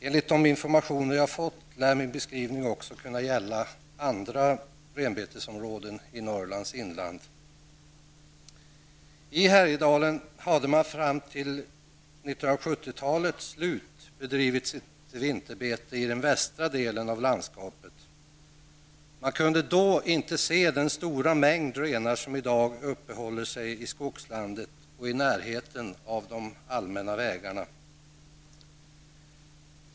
Enligt de informationer som jag har fått lär min beskrivning också kunna gälla andra renbetesområden i Norrlands inland. I Härjedalen hade samerna fram till 1970-talets slut bedrivit sitt vinterbete i den västra delen av landskapet. Man kunde då inte se den stora mängd renar som i dag uppehåller sig i skogslandet och i närheten av de allmänna vägarna.